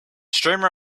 streamer